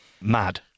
mad